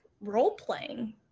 role-playing